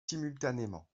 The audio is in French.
simultanément